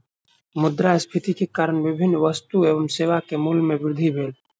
मुद्रास्फीति के कारण विभिन्न वस्तु एवं सेवा के मूल्य में वृद्धि भेल